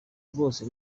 rwose